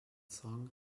song